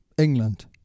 England